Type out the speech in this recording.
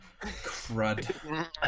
Crud